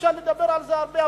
אפשר לדבר על זה הרבה,